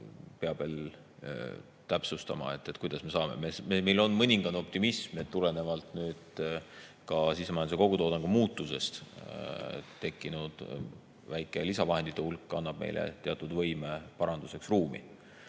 peab veel täpsustama, kuidas me selle saame. Meil on mõningane optimism tulenevalt sisemajanduse kogutoodangu muutusest, millest tekkinud väike lisavahendite hulk annab meile teatud võime paranduseks ruumi.